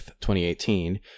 2018